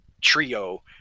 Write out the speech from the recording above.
trio